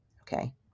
Okay